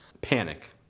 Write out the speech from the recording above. panic